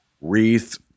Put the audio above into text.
Wreath